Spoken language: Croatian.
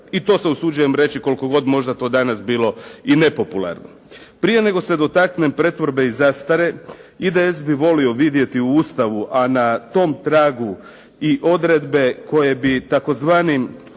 i to se usuđujem reći koliko god možda to danas bilo i nepopularno. Prije nego se dotaknem pretvorbe i zastare IDS bi volio vidjeti u Ustavu, a na tom tragu i odredbe koje bi tim